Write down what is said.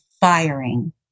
firing